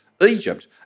Egypt